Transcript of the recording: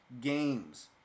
games